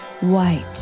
White